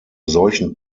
solchen